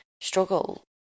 struggle